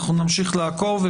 אנחנו נמשיך לעקוב.